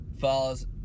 falls